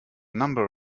number